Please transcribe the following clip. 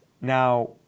Now